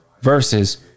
Versus